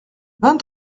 vingt